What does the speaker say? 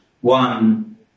one